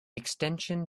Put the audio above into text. extension